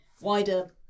wider